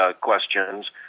questions